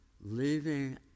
leaving